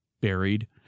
buried